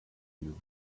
you